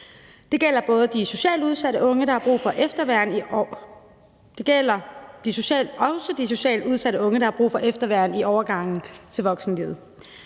Det gælder også de socialt udsatte unge, der har brug for efterværn i overgangen til voksenlivet,